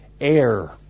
air